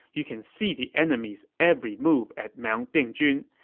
you can see the enemy's every move at mount dingjun.